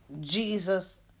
Jesus